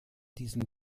diesem